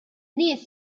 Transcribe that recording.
nies